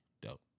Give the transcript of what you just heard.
dope